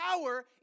power